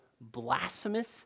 blasphemous